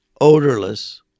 odorless